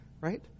Right